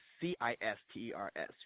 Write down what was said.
C-I-S-T-E-R-S